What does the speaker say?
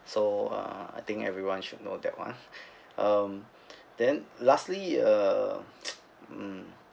so uh I think everyone should know that one um then lastly uh